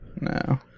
No